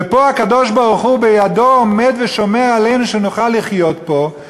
ופה הקדוש-ברוך-הוא בידו עומד ושומר עלינו שנוכל לחיות פה.